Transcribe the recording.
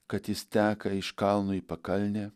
kad jis teka iš kalno į pakalnę